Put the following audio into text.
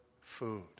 food